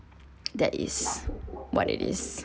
that is what it is